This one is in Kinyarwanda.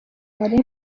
nari